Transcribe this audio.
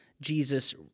Jesus